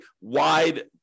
wide